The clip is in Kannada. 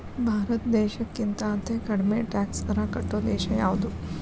ಭಾರತ್ ದೇಶಕ್ಕಿಂತಾ ಅತೇ ಕಡ್ಮಿ ಟ್ಯಾಕ್ಸ್ ದರಾ ಕಟ್ಟೊ ದೇಶಾ ಯಾವ್ದು?